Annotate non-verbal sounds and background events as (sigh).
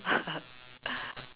(laughs)